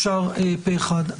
אושר פה אחד.